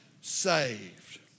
saved